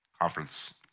conference